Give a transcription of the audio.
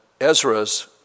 Ezra's